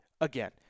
again